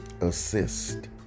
assist